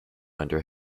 under